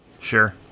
Sure